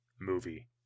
movie